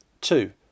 Two